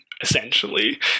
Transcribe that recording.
essentially